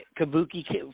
Kabuki